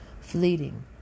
fleeting